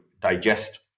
digest